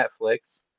Netflix